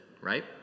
right